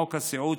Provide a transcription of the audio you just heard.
חוק הסיעוד,